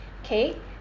okay